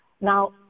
Now